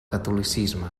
catolicisme